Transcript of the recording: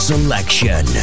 Selection